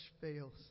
fails